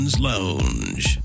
Lounge